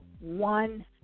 one